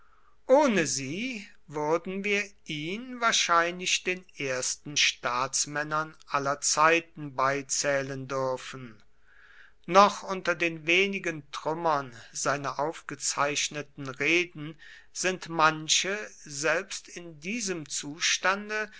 ohne sie würden wir ihn wahrscheinlich den ersten staatsmännern aller zeiten beizählen dürfen noch unter den wenigen trümmern seiner aufgezeichneten reden sind manche selbst in diesem zustande